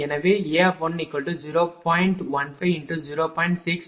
எனவே A10